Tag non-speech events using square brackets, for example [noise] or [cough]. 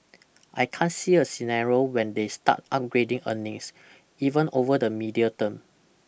[noise] I can't see a scenario when they start upgrading earnings even over the medium term